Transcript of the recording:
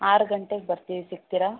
ಆರು ಗಂಟೆಗೆ ಬರ್ತೀವಿ ಸಿಕ್ತೀರಾ